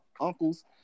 uncle's